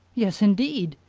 yes, indeed!